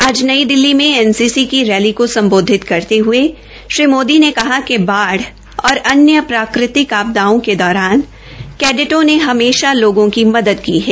आज नई दिल्ली में N N C की रैली को सम्बोधित करते हये श्री मोदी ने कहा कि बाढ़ और अन्य प्राकृतिक आपदाओं के दौरान कैडेट ने हमेश लोगों की मदद की है